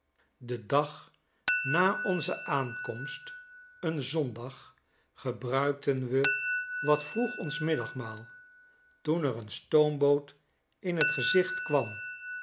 den dag na onze aankomst een zondag gebruikten we wat vroegonsmiddagmaal toen er een stoomboot in fc gezicht kwam